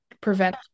prevent